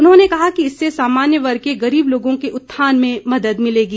उन्होंने कहा कि इससे सामान्य वर्ग के गरीब लोगों के उत्थान में मदद मिलेगी